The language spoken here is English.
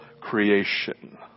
creation